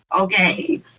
okay